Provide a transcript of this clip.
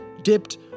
dipped